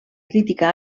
crítica